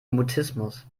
mutismus